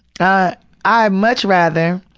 ah i'd much rather,